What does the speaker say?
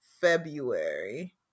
February